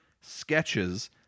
sketches